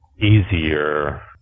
easier